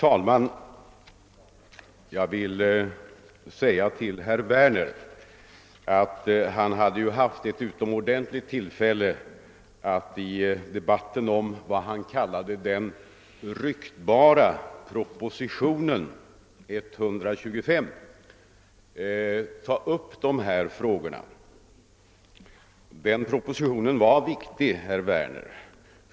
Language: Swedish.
Herr talman! Herr Werner hade ett utomordentligt tillfälle att ta upp de här frågorna i debatten om vad han kallar den beryktade propositionen 125. Den propositionen var viktig, herr Werner.